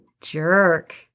jerk